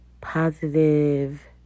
positive